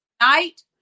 night